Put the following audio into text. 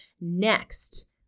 Next